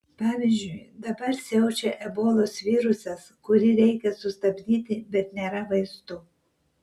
pavyzdžiui dabar siaučia ebolos virusas kurį reikia sustabdyti bet nėra vaistų